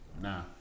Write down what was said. Nah